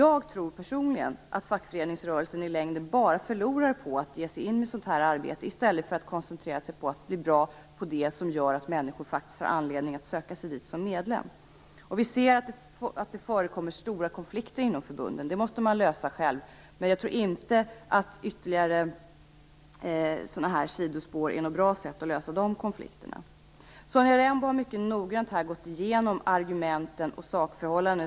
Jag tror personligen att fackföreningsrörelsen i längden bara förlorar på att ge sig på sådant här arbete i stället för att koncentrera sig på att bli bra på det som gör att människor faktiskt har anledning att söka sig dit som medlemmar. Det måste man lösa själv. Men jag tror inte att ytterligare sådana här sidospår är något bra sätt att lösa de konflikterna på. Sonja Rembo har mycket noggrant gått igenom argumenten och sakförhållandena.